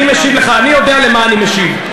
אני משיב לך, אני יודע למה אני משיב.